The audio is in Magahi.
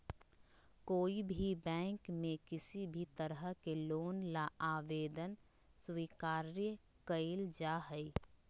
कोई भी बैंक में किसी भी तरह के लोन ला आवेदन स्वीकार्य कइल जाहई